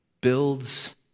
builds